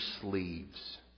sleeves